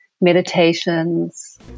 meditations